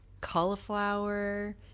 cauliflower